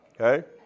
okay